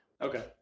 Okay